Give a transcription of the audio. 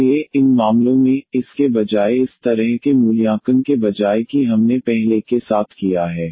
इसलिए इन मामलों में इसके बजाय इस तरह के मूल्यांकन के बजाय कि हमने पहले के साथ किया है